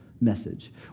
message